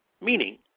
Meaning